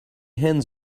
hens